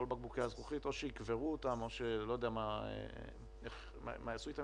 בקבוקי הזכוכית או שיקברו אותם או שאני לא יודע מה יעשו אתם.